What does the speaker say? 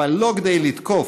אבל לא כדי לתקוף,